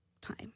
time